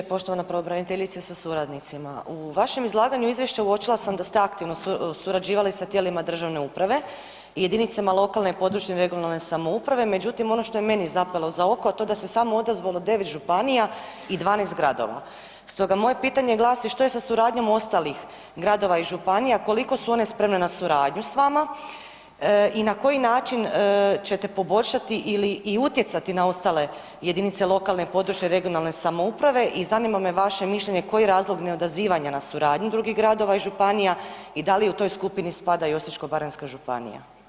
Poštovana pravobraniteljice sa suradnicima, u vašem izlaganju izvješća uočila sam da ste aktivno surađivali sa tijelima državne uprave i jedinicama lokalne i područne (regionalne) samouprave međutim ono što je meni zapelo za oko a to je da se samo odazvalo 9 županija i 12 gradova stoga moje pitanje glasi što je sa suradnjom ostalih gradova i županija, koliko su one spremne na suradnju s vama i na koji način ćete poboljšati ili i utjecati na ostale jedinice lokalne i područne (regionalne) samouprave i zanima me vaše mišljenje koji je razlog neodazivanja na suradnju drugih gradova i županija i da li u toj skupini spada i Osječko-baranjska županija?